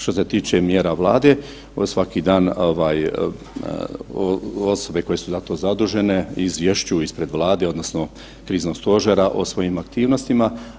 Što se tiče mjera Vlade, evo svaki dan ovaj osobe koje su za to zadužene izvješćuju ispred Vlade odnosno kriznog stožera o svojim aktivnostima.